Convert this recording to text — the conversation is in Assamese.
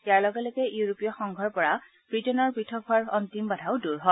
ইয়াৰ লগে লগে ইউৰোপীয় সংঘৰ পৰা বৃটেইনৰ পথক হোৱাৰ অন্তিম বাধাণ্ড দূৰ হয়